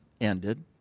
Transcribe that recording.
ended